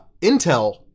Intel